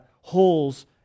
holes